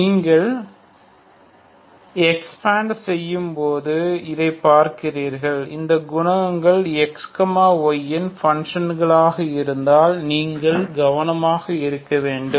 நீங்கள் எக்ஸ்பாண்ட் செய்யும் போது இதைப் பார்க்கிறீர்கள் இந்த குணகங்கள் x y இன் பன்ஷண்களாக இருந்தால் நீங்கள் கவனமாக இருக்க வேண்டும்